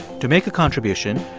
to make a contribution,